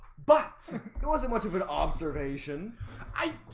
but it wasn't much of an observation i